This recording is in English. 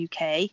uk